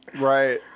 Right